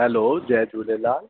hello जय झूलेलाल